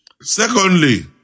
Secondly